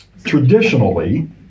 Traditionally